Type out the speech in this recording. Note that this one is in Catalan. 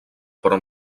però